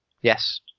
Yes